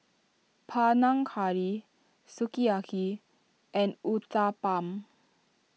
Panang Curry Sukiyaki and Uthapam